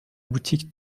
boutique